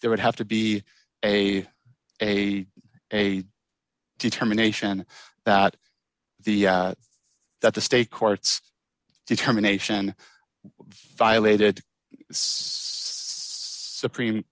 there would have to be a a a determination that the that the state courts determination violated s